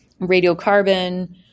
radiocarbon